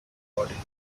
body